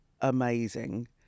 amazing